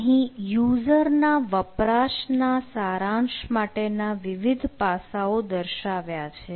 અહીં યુઝરના વપરાશના સારાંશ માટેના વિવિધ પાસાઓ દર્શાવ્યા છે